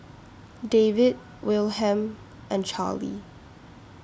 David Wilhelm and Charlie